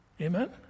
Amen